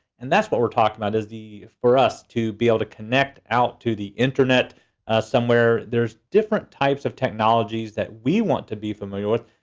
and that's what we're talking about, is for us to be able to connect out to the internet somewhere. there's different types of technologies that we want to be familiar with,